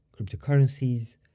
cryptocurrencies